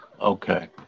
Okay